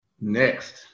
Next